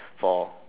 for